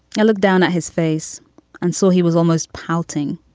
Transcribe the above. i looked down at his face and saw he was almost pouting.